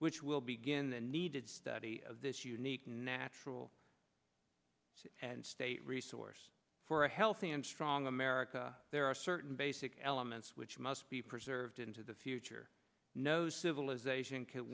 which will begin the needed study of this unique natural and state resource for a healthy and strong america there are certain basic elements which must be preserved into the future no civilization can